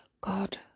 God